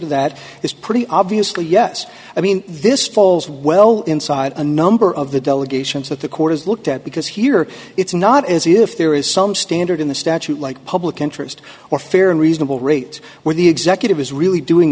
to that is pretty obviously yes i mean this falls well inside a number of the delegations that the court has looked at because here it's not as if there is some standard in the statute like public interest or fair and reasonable rate where the executive is really doing